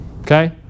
Okay